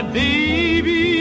baby